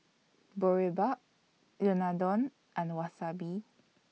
Boribap Unadon and Wasabi